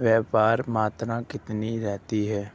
व्यापार मात्रा कितनी रहती है?